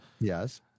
Yes